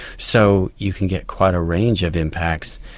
so you can get quite a range of impacts.